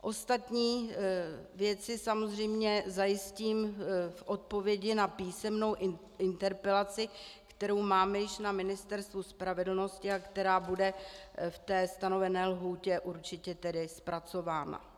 Ostatní věci samozřejmě zajistím v odpovědi na písemnou interpelaci, kterou máme již na Ministerstvu spravedlnosti a která bude k té stanovené lhůtě určitě zpracována.